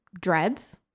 dreads